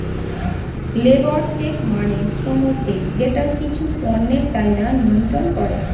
labour check মানে শ্রম check যেটা কিছু পণ্যের চাহিদা নিয়ন্ত্রন করে